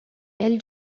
elle